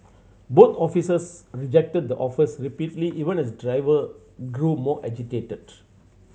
both officers rejected the offers repeatedly even as the driver grew more agitated